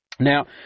Now